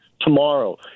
tomorrow